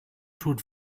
tut